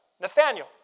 Nathaniel